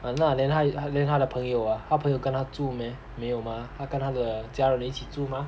!hanna! then 他还连她的朋友啊他朋友跟他住 meh 没有吗他跟他的家人一起住吗